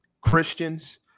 Christians